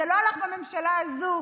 זה לא הלך בממשלה הזו,